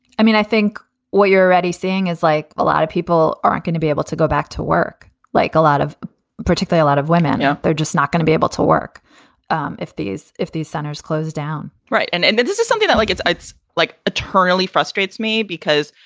i mean, i think what you're already seeing is like a lot of people aren't going to be able to go back to work. like a lot of particularly a lot of women know, they're just not going to be able to work um if these if these centers closed down right. and and but this is something that like it's it's like it's really frustrates me because,